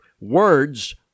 Words